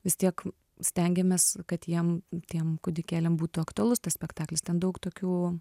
vis tiek stengiamės kad jiem tiem kūdikėliam būtų aktualus tas spektaklis ten daug tokių